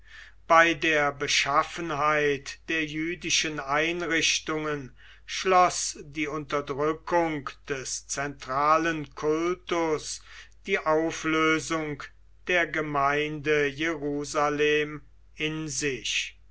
bei der beschaffenheit der jüdischen einrichtungen schloß die unterdrückung des zentralen kultus die auflösung der gemeinde jerusalem in sich